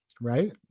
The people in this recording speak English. right